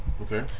Okay